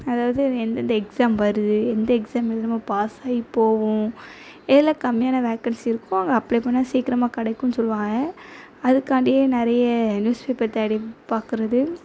அதாவது எந்தெந்த எக்ஸாம் வருது எந்த எக்ஸாம் எழுதனுமோ பாஸ் ஆகி போவோம் எதில் கம்மியான வேக்கன்ஸி இருக்கோ அங்கே அப்ளே பண்ணால் சீக்கிரமாக கிடைக்குன்னு சொல்வாங்க அதுக்காண்டியே நிறைய நியூஸ் பேப்பர் தேடி பார்க்கறது